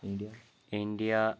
India